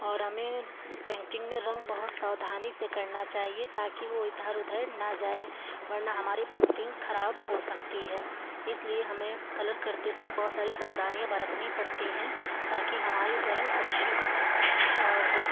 और हमें पेंटिंग में रंग बहुत सावधानी से करना चाहिए ताकि वो इधर उधर ना जाए वर्ना हमारी पेंटिंग ख़राब हो सकती है इसलिए हमें कलर करते समय बहुत सारी सावधानियां बरतनी पड़ती हैं ताकि हमारी ड्राइंग अच्छी बने और